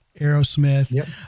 Aerosmith